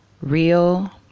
Real